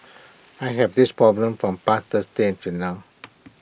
I have this problem from past Thursday until now